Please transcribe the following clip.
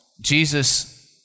Jesus